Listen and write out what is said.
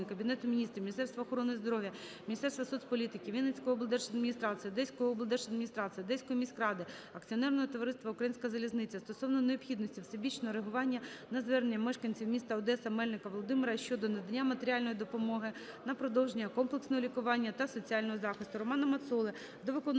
Кабінету Міністрів, Міністерства охорони здоров'я, Міністерства соцполітики, Вінницької облдержадміністрації, Одеської облдержадміністрації, Одеської міськради, Акціонерного товариства "Українська залізниця" стосовно необхідності всебічного реагування на звернення мешканця міста Одеса Мельника Володимира Володимировича щодо надання матеріальної допомоги на продовження комплексного лікування та соціального захисту. Романа Мацоли до виконуючого